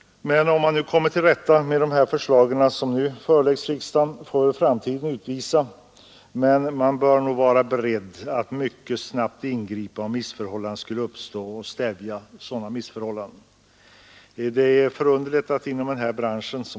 Huruvida man kommer till rätta med problemen genom de förslag som nu föreläggs riksdagen får framtiden visa, men man bör nog vara beredd att mycket snabbt ingripa för att stävja de missförhållanden som kan uppstå.